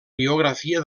biografia